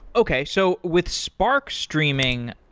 okay. so with spark streaming,